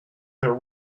there